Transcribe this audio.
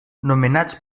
nomenats